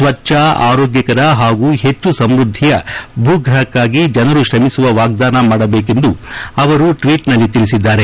ಸ್ವಜ್ಞ ಆರೋಗ್ಯಕರ ಹಾಗೂ ಹೆಚ್ಚು ಸಮೃದ್ದಿಯ ಭೂಗ್ರಹಕ್ಕಾಗಿ ಜನರು ಕ್ರಮಿಸುವ ವಾಗ್ವಾನ ಮಾಡಬೇಕೆಂದು ಅವರು ಟ್ವೀಟ್ನಲ್ಲಿ ತಿಳಿಸಿದ್ದಾರೆ